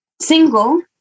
single